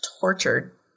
tortured